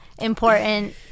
important